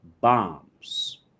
bombs